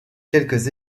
quelques